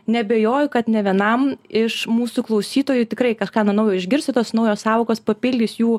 neabejoju kad ne vienam iš mūsų klausytojų tikrai kažką na naujo išgirsi tos naujos sąvokos papildys jų